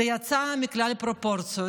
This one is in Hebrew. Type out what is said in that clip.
זה יצא מכלל פרופורציות,